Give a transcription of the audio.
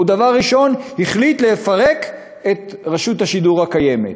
הוא דבר ראשון החליט לפרק את רשות השידור הקיימת,